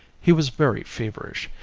he was very feverish,